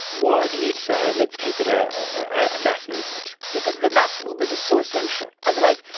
why do you say let's keep it a ah mass movement? because the mass movement is so essential, otherwise,